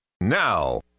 Now